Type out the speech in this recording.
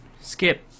Skip